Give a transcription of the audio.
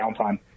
downtime